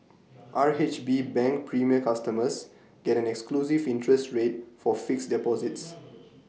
R H B bank premier customers get an exclusive interest rate for fixed deposits